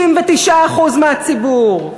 99% מהציבור.